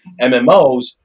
MMOs